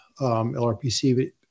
LRPC